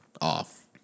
off